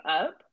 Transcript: up